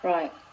Right